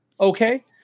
Okay